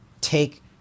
take